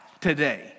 today